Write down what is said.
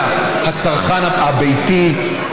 אלא הצרכן הביתי,